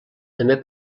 també